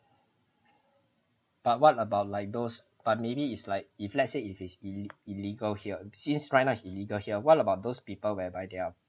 but what about like those but maybe is like if let's say if it's i~ illegal here since right now it's illegal here what about those people whereby they are